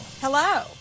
Hello